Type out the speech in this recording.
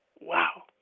wow